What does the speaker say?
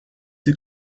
the